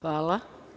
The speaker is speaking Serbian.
Hvala.